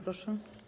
Proszę.